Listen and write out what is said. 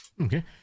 Okay